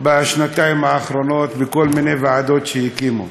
בשנתיים האחרונות, בכל מיני ועדות שהקימו,